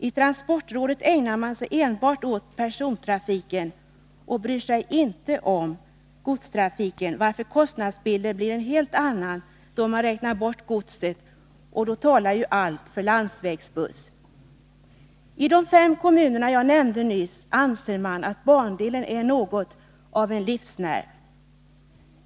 I transportrådet ägnar man sig enbart åt persontrafiken och bryr sig inte om godstrafiken, varför kostnadsbilden blir en helt annan, och då talar ju allt för landsvägsbuss. I de fem kommuner jag nämnde nyss anser man att bandelen är något av en livsnerv.